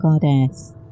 Goddess